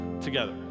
together